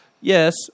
Yes